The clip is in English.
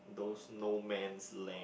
those no man's land